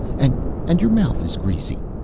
and and your mouth is greasy!